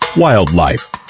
Wildlife